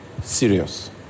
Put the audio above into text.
serious